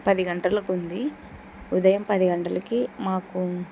పది గంటలకుంది ఉదయం పది గంటలకి మాకు